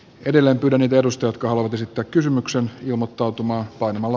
edelleen perustelut kalvot esittää kysymyksen ilmottautumaan painamalla